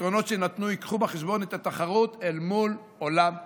הפתרונות שיינתנו יביאו בחשבון את התחרות אל מול עולם ההייטק.